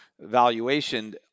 valuation